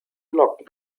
locken